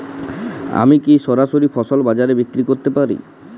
আমি কি সরাসরি ফসল বাজারে বিক্রি করতে পারি?